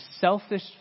selfish